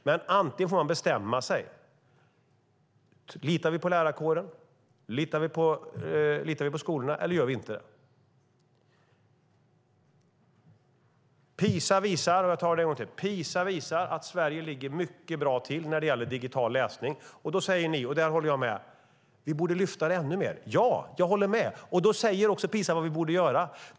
Men man får bestämma sig: Antingen litar vi på lärarkåren och skolorna eller också gör vi det inte. Jag tar det en gång till: PISA visar att Sverige ligger mycket bra till när det gäller digital läsning. Då säger ni att vi borde lyfta upp det ännu mer. Ja, jag håller med. Då säger också PISA vad vi borde göra.